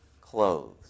clothes